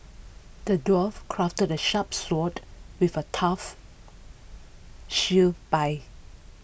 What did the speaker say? the dwarf crafted A sharp sword with A tough shield by